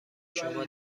شما